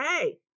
hey